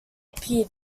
appear